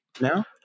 now